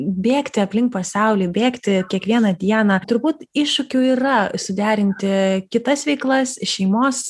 bėgti aplink pasaulį bėgti kiekvieną dieną turbūt iššūkių yra suderinti kitas veiklas šeimos